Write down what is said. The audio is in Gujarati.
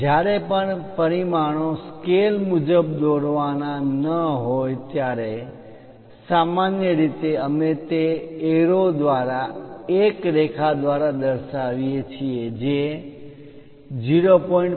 જ્યારે પણ પરિમાણો સ્કેલ મુજબ દોરવાના ન હોય ત્યારે સામાન્ય રીતે અમે તે એરો દ્વારા એક રેખાં દ્વારા દર્શાવીએ છીએ જે 0